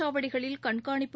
சாவடிகளில் கண்காணிப்பு